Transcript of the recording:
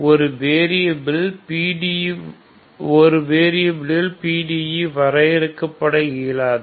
ஒரு வேரியபில்லில் PDE வரையறுக்கப்பட இயலாது